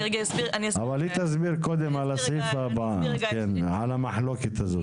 אבל היא תסביר קודם על המחלוקת הזאת.